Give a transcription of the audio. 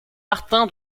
martin